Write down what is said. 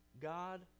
God